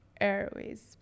Airways